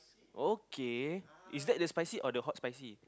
okay is that the spicy or the hot spicy